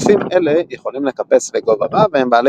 קופים אלה יכולים לקפץ לגובה רב והם בעלי